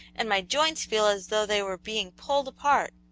and my joints feel as though they were being pulled apart.